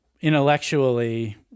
intellectually